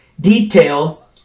detail